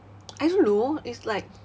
I don't know it's like